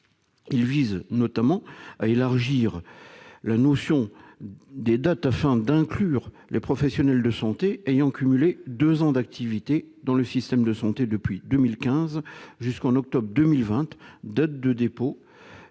tend quant à lui à élargir la notion des dates, afin d'inclure les professionnels de santé ayant cumulé deux ans d'activité dans le système de santé depuis 2015 jusqu'en octobre 2020, date de dépôt